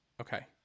Okay